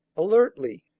alertly,